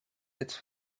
its